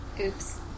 Oops